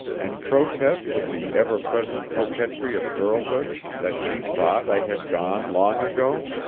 and protest with the ever present coquetry of girlhood that she thought i had gone long ago?